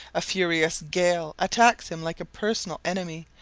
a furious gale attacks him like a personal enemy,